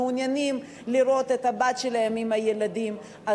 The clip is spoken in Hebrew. מעוניינים לראות את הבת שלהם יחד עם הילדים,